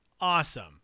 Awesome